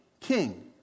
king